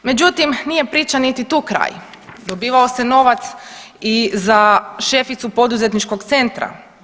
Međutim nije priči niti tu kraj, dobivao se novac i za šeficu poduzetničkog centra.